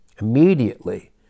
immediately